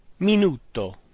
Minuto